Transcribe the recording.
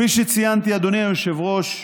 כפי שציינתי, אדוני היושב-ראש,